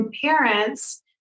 parents